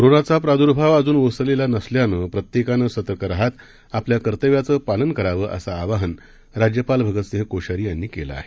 कोरोनाचाप्रादुर्भावअजूनओसरलेलानसल्यानंप्रत्येकानंसतर्करहातआपल्याकर्तव्याचंपालनकरावंअसंआवाहनराज्यपालभगतसिं हकोश्यारीयांनीकेलंआहे